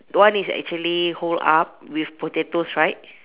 one is actually hold up with potatoes right